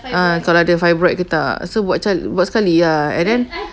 ah kalau ada fibroid ke tak so buat buat sekali lah and then